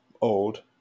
old